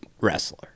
wrestler